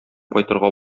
кайтырга